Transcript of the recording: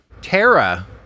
Tara